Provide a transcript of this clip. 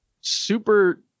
super